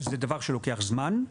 זה דבר שלוקח זמן.